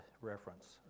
reference